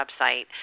website